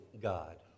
God